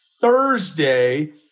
Thursday